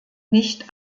nicht